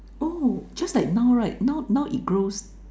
oh just like now right now now it grows